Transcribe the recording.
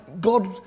God